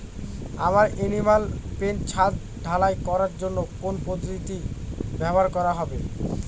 আমার animal pen ছাদ ঢালাই করার জন্য কোন পদ্ধতিটি ব্যবহার করা হবে?